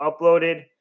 uploaded